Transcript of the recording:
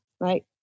right